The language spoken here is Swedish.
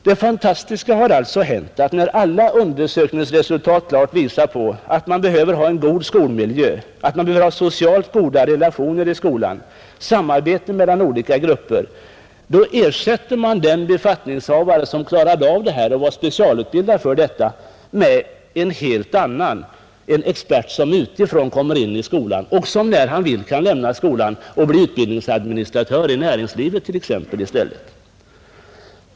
Det fantastiska har alltså hänt, att när alla undersökningsresultat klart visar på värdet av god skolmiljö, socialt goda relationer i skolan, samarbete mellan olika grupper, då ersätter man den befattningshavare som klarade av detta och var specialutbildad härför med en expert som utifrån kommer in i skolan och som när han vill kan lämna skolan och t.ex. bli utbildningsadministratör i näringslivet i stället.